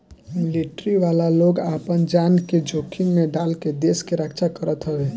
military वाला लोग आपन जान के जोखिम में डाल के देस के रक्षा करत हवे